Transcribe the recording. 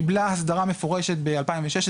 קיבלה הסדרה מפורשת ב-2016,